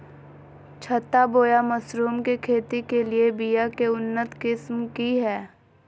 छत्ता बोया मशरूम के खेती के लिए बिया के उन्नत किस्म की हैं?